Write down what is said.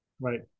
right